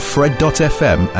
Fred.fm